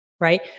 right